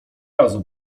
razu